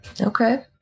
okay